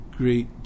great